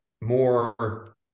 more